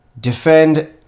defend